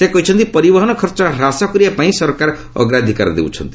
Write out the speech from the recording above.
ସେ କହିଛନ୍ତି ପରିବହନ ଖର୍ଚ୍ଚ ହ୍ରାସ କରିବା ପାଇଁ ସରକାର ଅଗ୍ରାଧିକାର ଦେଉଛନ୍ତି